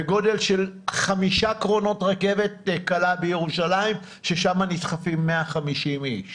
בגודל של חמישה קרונות רכבת קלה בירושלים ששם נדחפים 150 איש